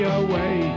away